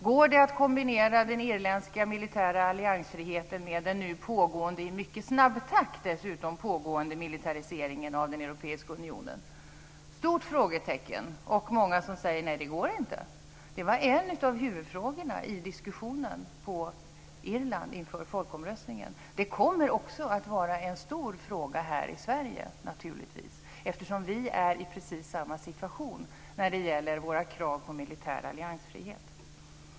Går det att kombinera den irländska militära alliansfriheten med den nu i mycket snabb takt pågående militariseringen av den europeiska unionen? Det är ett stort frågetecken. Många säger nej, det går inte. Det var en av huvudfrågorna i diskussionen i Irland inför folkomröstningen. Det kommer också att vara en stor fråga här i Sverige naturligtvis, eftersom vi är i precis samma situation när det gäller våra krav på militär alliansfrihet.